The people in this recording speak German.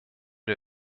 der